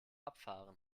abfahren